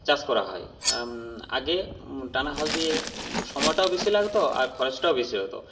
চাষ করা হয় আগে টানা হাল দিয়ে সময়টাও বেশি লাগত এবং আর খরচটাও বেশি হত